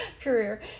career